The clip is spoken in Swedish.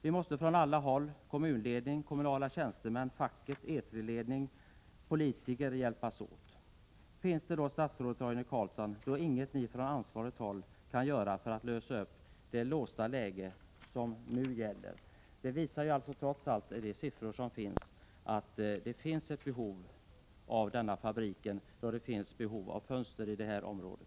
Vi måste på alla håll — kommunledning, kommunala tjänstemän, facket, Etri-ledning och politiker — hjälpas åt. Finns det då, statsrådet Roine Carlsson, ingenting, som ni från ansvarigt håll kan göra för att lösa upp det låsta läget? De siffror som finns visar att det trots allt existerar ett behov av denna fabrik, eftersom det behövs fönster i det här området.